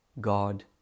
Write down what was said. God